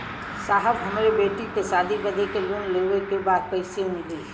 साहब हमरे बेटी के शादी बदे के लोन लेवे के बा कइसे मिलि?